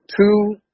two